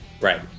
Right